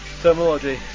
terminology